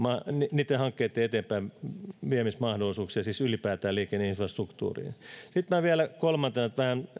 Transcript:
niitten hankkeiden eteenpäinviemismahdollisuuksia siis ylipäätään liikenneinfrastruktuuriin sitten minä vielä kolmantena